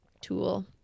tool